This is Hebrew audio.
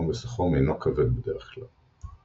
עומס החום אינו כבד בדרך כלל.